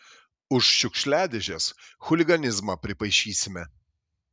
už šiukšliadėžes chuliganizmą pripaišysime